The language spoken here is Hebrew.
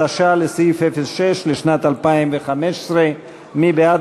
תוכנית חדשה לסעיף 06 לשנת 2015. מי בעד